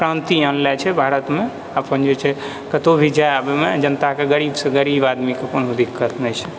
क्रान्ति अनले छै भारतमे अपन जे छै कत्तौ भी जाइ अबैमे जनताके गरीबसँ गरीब आदमीके कोनो दिक्कत नहि छै